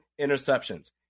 interceptions